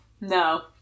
No